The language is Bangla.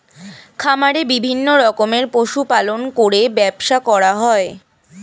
খামারে বিভিন্ন রকমের পশু পালন করে ব্যবসা করা হয়